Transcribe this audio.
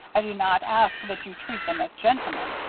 i do not ask that you treat them as gentlemen.